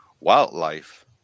wildlife